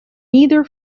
neither